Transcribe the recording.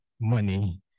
money